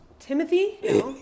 Timothy